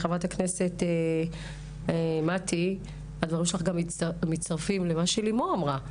חה"כ מטי, הדברים שלך גם מצטרפים למה שלימור אמרה.